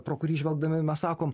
pro kurį žvelgdami mes sakom